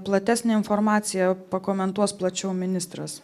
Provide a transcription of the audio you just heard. platesnę informaciją pakomentuos plačiau ministras